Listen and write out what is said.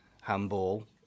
handball